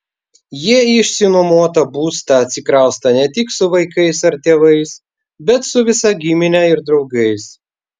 jie į išsinuomotą būstą atsikrausto ne tik su vaikais ar tėvais bet su visa gimine ir draugais